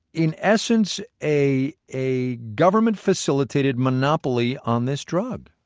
in essence, a a government-facilitated monopoly on this drug?